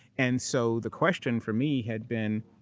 and so the question for me had been,